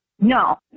No